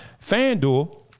fanduel